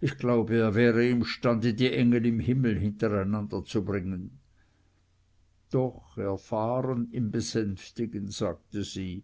ich glaube er wäre imstande die engel im himmel hintereinander zu bringen doch erfahren im besänftigen sagte sie